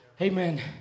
amen